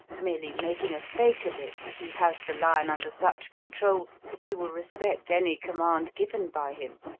merely making a fake of it that he has the lion under such control that he will respect any command given by him.